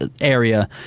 area